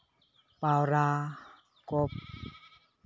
ᱯᱟᱣᱨᱟ ᱠᱚ